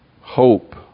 Hope